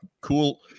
Cool